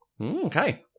Okay